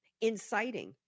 inciting